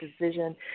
decision